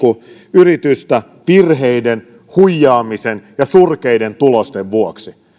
yritystä virheiden huijaamisen ja surkeiden tulosten vuoksi